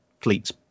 fleets